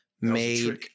made –